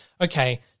okay